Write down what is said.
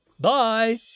Bye